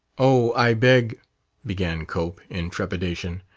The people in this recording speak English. oh, i beg began cope, in trepidation.